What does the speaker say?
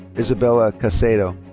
isabela caicedo.